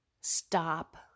stop